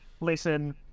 Listen